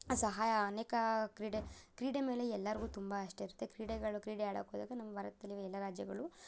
ಸಹಾಯ ಅನೇಕ ಕ್ರೀಡೆ ಕ್ರೀಡೆ ಮೇಲೆ ಎಲ್ಲರ್ಗೂ ತುಂಬ ಇಷ್ಟ ಇರುತ್ತೆ ಕ್ರೀಡೆಗಳು ಕ್ರೀಡೆ ಆಡಕ್ಕೆ ಹೋದಾಗ ನಮ್ಮ ಭಾರತ್ದಲ್ಲಿವ ಎಲ್ಲ ರಾಜ್ಯಗಳು